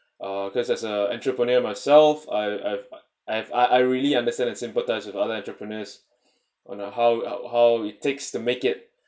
uh because as a entrepreneur myself I I've I've I I really understand and sympathize with other entrepreneurs on uh how how it takes to make it